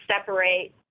separate